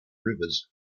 rivers